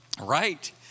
Right